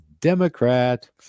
democrat